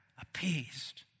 appeased